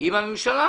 עם הממשלה,